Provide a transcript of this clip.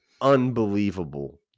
unbelievable